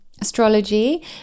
Astrology